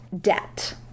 debt